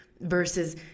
versus